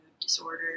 disorder